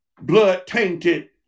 blood-tainted